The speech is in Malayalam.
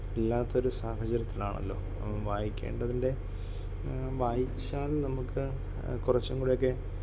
ഇല്ലാത്തൊരു സാഹചര്യത്തിലാണല്ലോ നമ്മൾ വായിക്കേണ്ടതിൻ്റെ വായിച്ചാൽ നമുക്ക് കുറച്ചും കൂടെ ഒക്കെ